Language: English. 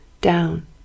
down